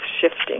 shifting